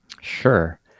Sure